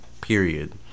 period